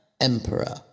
Emperor